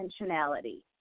intentionality